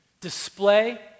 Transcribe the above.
display